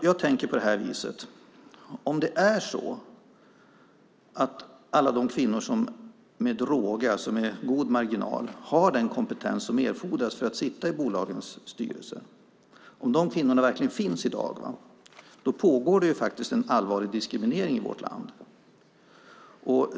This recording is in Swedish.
Jag tänker så här: Om de kvinnor som med god marginal har den kompetens som erfordras för att sitta i bolagens styrelser verkligen finns i dag pågår det en allvarlig diskriminering i vårt land.